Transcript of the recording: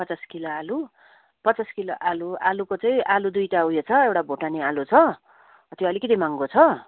पचास किलो आलु पचास किलो आलु आलुको चाहिँ आलु दुईवटा उयो छ एउटा भोटाने आलु छ त्यो अलिकति महँगो छ